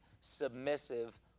submissive